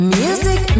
music